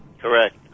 Correct